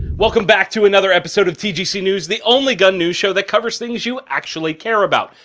welcome back to another episode of tgc news, the only gun news show that covers things you actually care about,